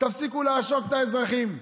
תפסיקו לעשוק את האזרחים.